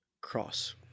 Cross